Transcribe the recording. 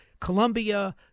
Colombia